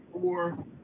four